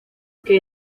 que